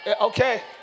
Okay